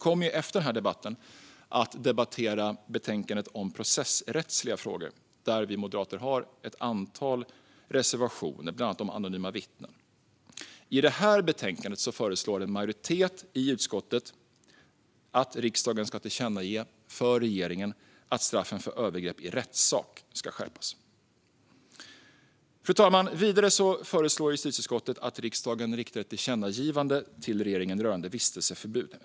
Efter denna debatt kommer vi att debattera betänkandet om processrättsliga frågor, där vi moderater har ett antal reservationer bland annat om anonyma vittnen. I detta betänkande föreslår en majoritet i utskottet att riksdagen ska tillkännage för regeringen att straffen för övergrepp i rättssak ska skärpas. Fru talman! Vidare föreslår justitieutskottet att riksdagen riktar ett tillkännagivande till regeringen rörande vistelseförbud.